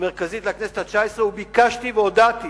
המרכזית לכנסת התשע-עשרה, וביקשתי והודעתי